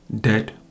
Dead